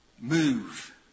move